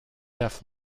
def